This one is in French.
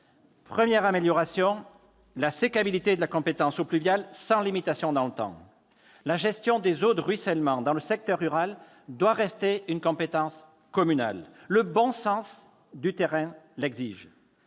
Première amélioration, la sécabilité de la compétence « eaux pluviales » sans limitation dans le temps. La gestion des eaux de ruissellement dans le secteur rural doit demeurer une compétence communale. Le bon sens du terrain l'exige.